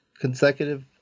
consecutive